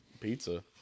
pizza